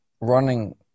running